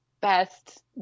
best